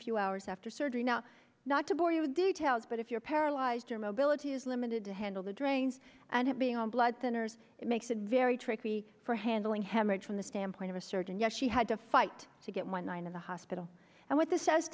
few hours after surgery now not to bore you with details but if you're paralyzed your mobility is limited to handle the drains and being on blood thinners it makes it very tricky for handling hemorrhage from the standpoint of a surgeon yet she had to fight to get one in the hospital and what this says